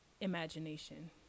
imagination